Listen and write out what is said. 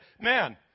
man